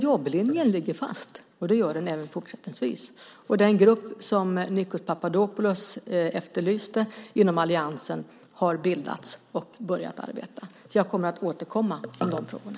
Jobblinjen ligger fast. Det gör den även fortsättningsvis. Den grupp som Nikos Papadopoulos efterlyste inom alliansen har bildats och börjat arbeta. Jag kommer att återkomma i de frågorna.